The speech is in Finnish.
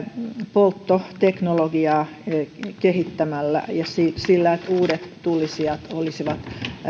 polttoteknologiaa kehittämällä ja sillä että uudet tulisijat olisivat